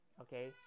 Okay